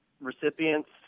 recipients